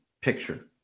picture